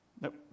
Nope